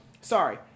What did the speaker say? sorry